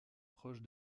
proche